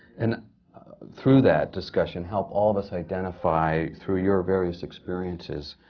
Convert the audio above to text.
and through that discussion, help all of us identify, through your various experiences,